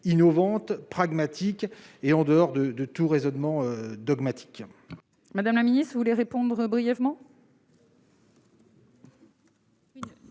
innovantes et pragmatiques, libres de tout raisonnement dogmatique.